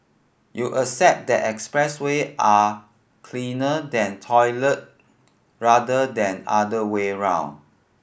you accept that expressway are cleaner than toilet rather than other way around